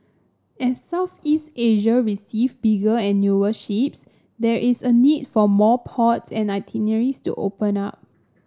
as Southeast Asia receive bigger and newer ships there is a need for more ports and itineraries to open up